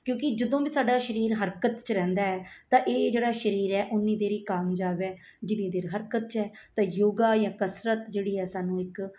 ਕਿਉਂਕਿ ਜਦੋਂ ਵੀ ਸਾਡਾ ਸਰੀਰ ਹਰਕਤ 'ਚ ਰਹਿੰਦਾ ਤਾਂ ਇਹ ਜਿਹੜਾ ਸਰੀਰ ਹੈ ਉਨੀ ਦੇਰ ਕਾਮਯਾਬ ਹੈ ਜਿੰਨੀ ਦੇਰ ਹਰਕਤ 'ਚ ਹੈ ਤਾਂ ਯੋਗਾ ਜਾਂ ਕਸਰਤ ਜਿਹੜੀ ਹੈ ਸਾਨੂੰ ਇੱਕ